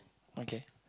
okay